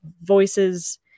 voices